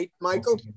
Michael